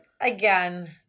again